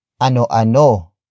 Ano-ano